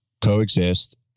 coexist